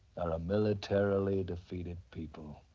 are a militarily defeated people.